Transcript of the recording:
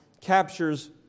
captures